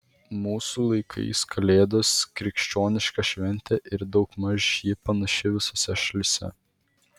mūsų laikais kalėdos krikščioniška šventė ir daugmaž ji panaši visose šalyse